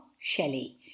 shelley